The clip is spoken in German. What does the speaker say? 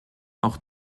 auch